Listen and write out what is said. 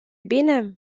bine